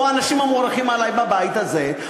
או האנשים המוערכים עלי בבית הזה,